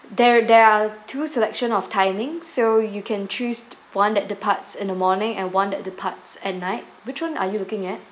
there there are two selection of timing so you can choose one that departs in the morning and that departs at night which one are you looking at